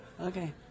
Okay